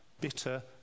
bitter